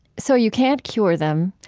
so, you can't cure them.